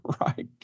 Right